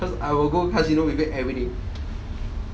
cause I will go casino with you every day